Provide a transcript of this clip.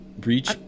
reach